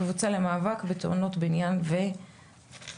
הקבוצה למאבק בתאונות בניין ותעשייה.